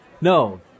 No